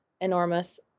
enormous